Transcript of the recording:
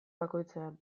bakoitzean